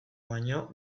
baino